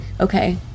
okay